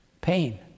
Pain